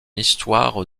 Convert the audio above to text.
histoire